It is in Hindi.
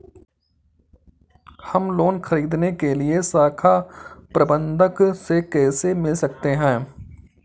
हम लोन ख़रीदने के लिए शाखा प्रबंधक से कैसे मिल सकते हैं?